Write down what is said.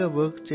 work